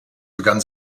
begann